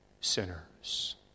sinners